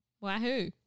Wahoo